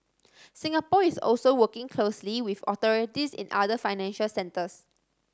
Singapore is also working closely with authorities in other financial centres